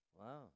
Wow